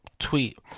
Tweet